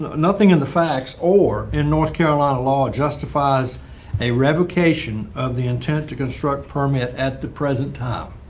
nothing in the facts or in north carolina law justifies a revocation of the intent to construct permit at the present time.